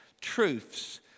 truths